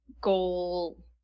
goal